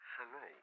Hello